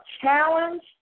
challenge